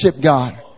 God